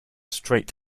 straight